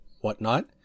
Whatnot